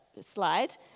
slide